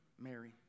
Mary